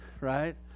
right